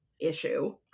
issue